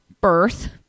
birth